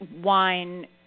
wine